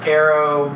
arrow